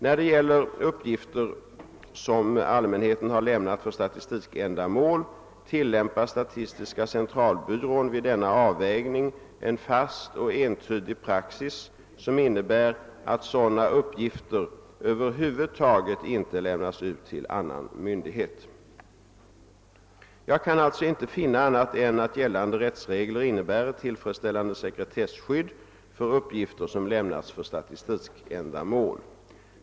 När det gäller uppgifter som allmänheten har lämnat för statistikändamål tillämpar statistiska centralbyrån vid denna avvägning en fast och entydig praxis, som innebär att sådana uppgifter över huvud taget inte lämnas ut till annan myndighet: Jag kan alltså inte finna annat än att gällande rättsregler innebär ett tillfredsställande sekretesskydd för uppgifter, som lämnats för statistikändamål.